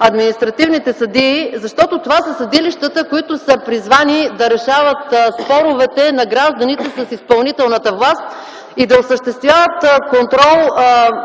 административните съдии, защото това са съдилищата, които са призвани да решават споровете на гражданите с изпълнителната власт и да осъществяват контрол